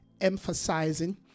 emphasizing